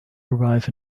arrive